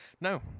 No